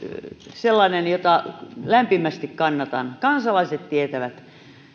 sellainen jota lämpimästi kannatan kansalaiset tietävät